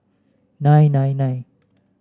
nine nine nine